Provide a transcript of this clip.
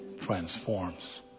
transforms